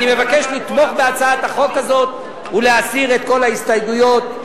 אני מבקש לתמוך בהצעת החוק הזאת ולהסיר את כל ההסתייגויות.